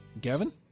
Gavin